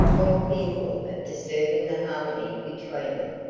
more fearful of disturbing the harmony between them.